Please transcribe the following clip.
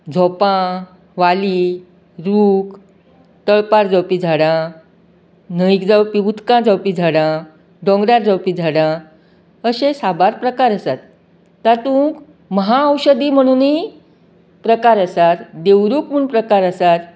झोंपा वालीं रूक तळपार जावपी झाडां न्हंयक जावपी उदकान जावपी झाडां दोंगरार जावपी झाडां अशें साबार प्रकार आसात तातूंक म्हाऔषदीय म्हणूनय प्रकार आसात देवरूक म्हूण प्रकार आसात